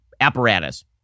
apparatus